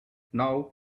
now